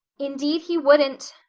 indeed he wouldn't,